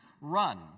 run